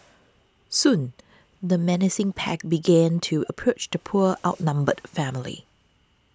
soon the menacing pack began to approach the poor outnumbered family